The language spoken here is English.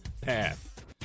path